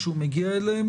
כשהוא מגיע אליהם,